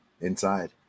inside